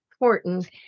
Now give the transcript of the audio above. important